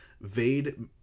vade